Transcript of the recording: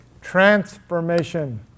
transformation